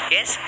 Yes